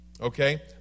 Okay